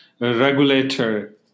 regulator